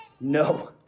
No